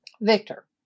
Victor